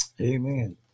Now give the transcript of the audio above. Amen